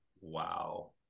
Wow